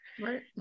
Right